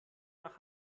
nach